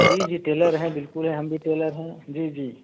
जी जी टेलर है बिल्कुल हैं हम भी टेलर हैं जी जी